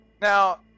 now